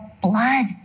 blood